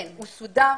את צודקת.